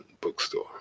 bookstore